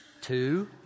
Two